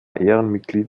ehrenmitglied